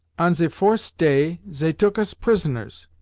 on ze fours day zey took us prisoners